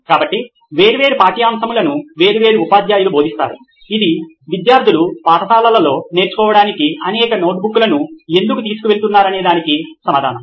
కాబట్టి వేర్వేరు పాఠ్యాంశములను వేర్వేరు ఉపాధ్యాయులు బోధిస్తారు ఇది విద్యార్థులు పాఠశాలలో నేర్చుకోవడానికి అనేక నోట్బుక్లను ఎందుకు తీసుకువెళుతున్నారనే దానికి సమాధానం